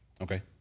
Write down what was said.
Okay